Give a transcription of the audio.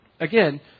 again